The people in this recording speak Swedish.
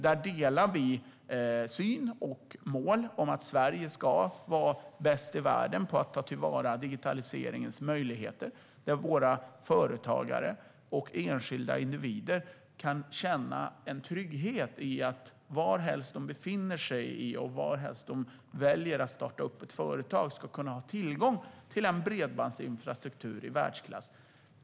Där har vi samma syn och mål: Sverige ska vara bäst i världen på att ta till vara digitaliseringens möjligheter så att våra företagare och enskilda individer kan känna sig trygga i att de, varhelst de befinner sig och varhelst de väljer att starta ett företag, ska kunna ha tillgång till en bredbandsinfrastruktur i världsklass.